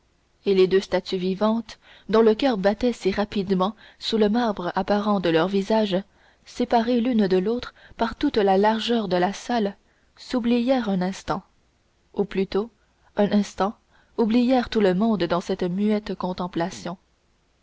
et les deux statues vivantes dont le coeur battait si rapidement sous le marbre apparent de leur visage séparées l'une de l'autre par toute la largeur de la salle s'oublièrent un instant ou plutôt un instant oublièrent tout le monde dans cette muette contemplation